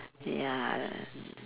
ya